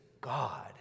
God